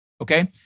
Okay